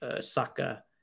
Saka